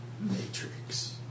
Matrix